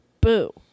Boo